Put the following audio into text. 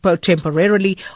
temporarily